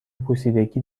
پوسیدگی